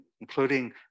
including